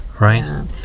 right